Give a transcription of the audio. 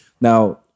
Now